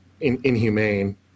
inhumane